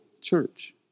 church